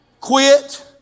Quit